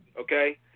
Okay